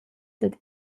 dad